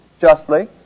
justly